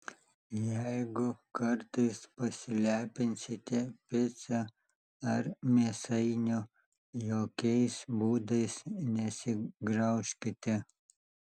jeigu kartais pasilepinsite pica ar mėsainiu jokiais būdais nesigraužkite